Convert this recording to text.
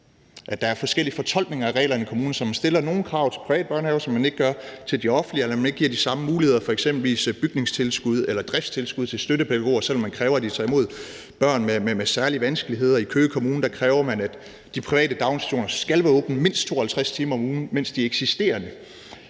der er forskellige fortolkninger af reglerne i kommunerne, så man stiller nogle krav til de private børnehaver, som man ikke gør til de offentlige, eller at man ikke giver de samme muligheder, f.eks. bygningstilskud eller driftstilskud til støttepædagoger, selv om man kræver, at de tager imod børn med særlige vanskeligheder. I Køge Kommune kræver man, at de private daginstitutioner skal være åbne mindst 52 timer om ugen, mens de eksisterende